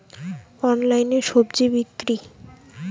অনলাইনে স্বজি বিক্রি?